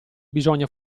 bisogna